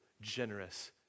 generous